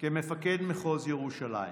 כמפקד מחוז ירושלים.